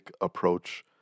approach